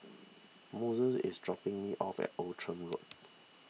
Moises is dropping me off at Outram Road